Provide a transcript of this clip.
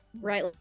right